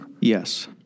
Yes